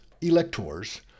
Electors